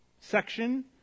section